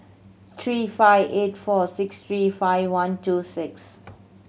three five eight four six three five one two six